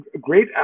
great